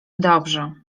dobrze